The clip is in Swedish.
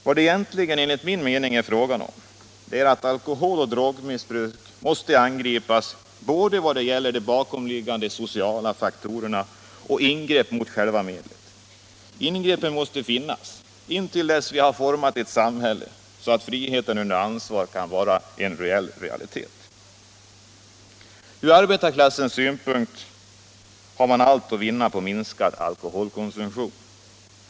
Vad det egentligen enligt min mening är frågan om är att alkoholoch drogmissbruk måste angripas vad det gäller både de bakomliggande sociala faktorerna och själva medlet. Ingreppen måste finnas intill dess vi har format samhället så att friheten under ansvar kan vara en realitet. Från arbetarklassens synpunkt har man allt att vinna på en minskad alkoholkonsumtion.